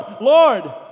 Lord